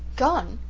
gone!